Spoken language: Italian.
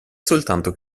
soltanto